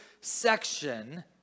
section